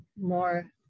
more